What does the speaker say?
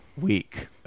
week